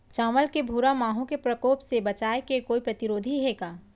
चांवल के भूरा माहो के प्रकोप से बचाये के कोई प्रतिरोधी हे का?